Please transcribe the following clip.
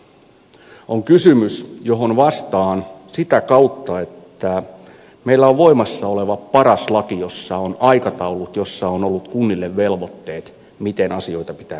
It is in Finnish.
se on kysymys johon vastaan sitä kautta että meillä on voimassa oleva paras laki jossa on aikataulut joissa on ollut kunnille velvoitteet miten asioita pitää viedä eteenpäin